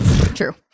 True